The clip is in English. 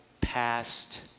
past